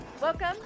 Welcome